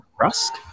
Rusk